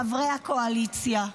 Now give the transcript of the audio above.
חברי הקואליציה.